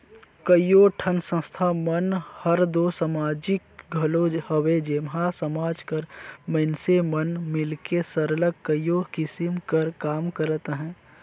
कइयो ठन संस्था मन हर दो समाजिक घलो हवे जेम्हां समाज कर मइनसे मन मिलके सरलग कइयो किसिम कर काम करत अहें